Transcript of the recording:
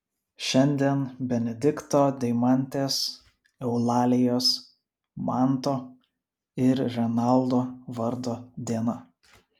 šiandien benedikto deimantės eulalijos manto ir renaldo vardo diena